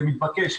זה מתבקש,